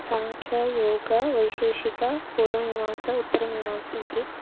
साङ्ख्य योग वैशेषिक पूर्वमीमांसा उत्तरमीमांसा इति